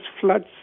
floods